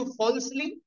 falsely